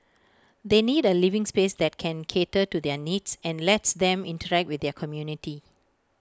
they need A living space that can cater to their needs and lets them interact with their community